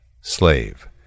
Slave